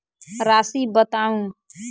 राशि बताउ